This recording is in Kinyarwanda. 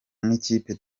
nk’ikipe